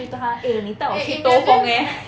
你可以叫他 eh 你带我去兜风 leh